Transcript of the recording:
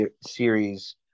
series